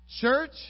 Church